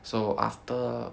so after